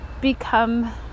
become